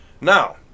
now